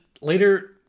later